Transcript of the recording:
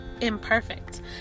imperfect